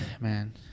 man